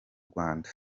rwanda